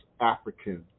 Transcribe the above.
African